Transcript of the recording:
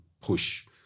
push